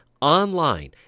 online